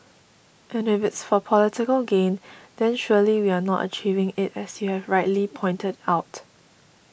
and if it is for political gain then surely we are not achieving it as you have rightly pointed out